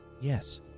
Yes